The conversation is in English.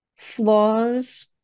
flaws